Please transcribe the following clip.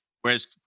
Whereas